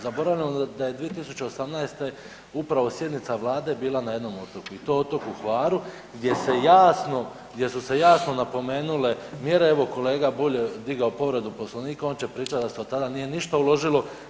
Zaboravljamo da je 2018. upravo sjednica Vlade bila na jednom otoku i to otoku Hvaru gdje se jasno, gdje su se jasno napomenule mjere, evo kolega Bulj je digao povredu Poslovnika on će pričati da se od tada nije ništa uložilo.